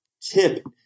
tip